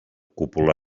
cúpula